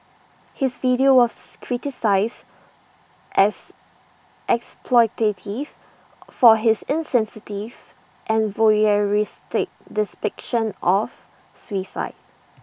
his video was criticised as exploitative for his insensitive and voyeuristic of suicide